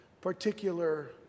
particular